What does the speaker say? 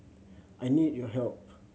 I need your help